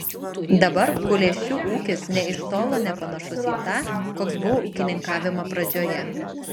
dabar kulėšių ūkis nė iš tolo nepanašus į tą koks buvo ūkininkavimo pradžioje